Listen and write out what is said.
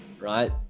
right